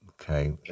Okay